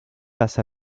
face